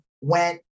went